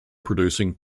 producing